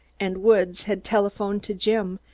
and woods had telephoned to jim,